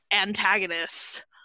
antagonist